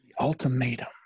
ultimatum